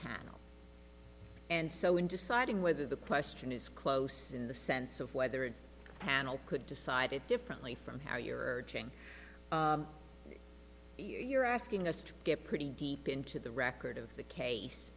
panel and so in deciding whether the question is close in the sense of whether it panel could decide it differently from how your change you're asking us to get pretty deep into the record of the case